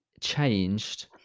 changed